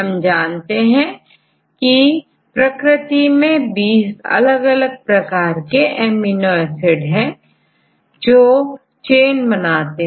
हम जानते हैं की 20 अलग प्रकार के एमिनो एसिड रेसिड्यू होते हैं जो चेन बनाते हैं